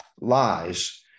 lies